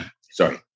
sorry